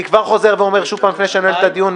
אני חוזר ואומר שוב למשרד המשפטים לפני שאני נועל את הדיון: